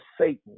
Satan